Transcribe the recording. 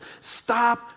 Stop